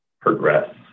progress